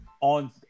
on